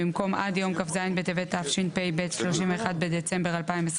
במקום "עד יום כ"ז בטבת התשפ"ב (31 בדצמבר 2021)"